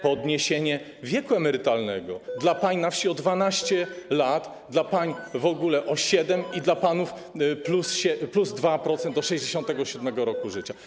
Podniesienie wieku emerytalnego - dla pań na wsi o 12 lat, dla pań w ogóle o 7 lat, dla panów plus 2% do 67. roku życia.